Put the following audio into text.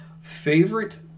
favorite